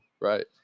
right